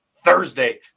Thursday